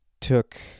took